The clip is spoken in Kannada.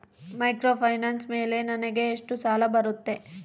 ಮೈಕ್ರೋಫೈನಾನ್ಸ್ ಮೇಲೆ ನನಗೆ ಎಷ್ಟು ಸಾಲ ಬರುತ್ತೆ?